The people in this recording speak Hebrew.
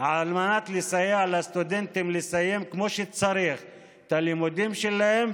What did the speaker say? על מנת לסייע לסטודנטים לסיים כמו שצריך את הלימודים שלהם,